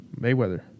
Mayweather